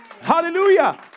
Hallelujah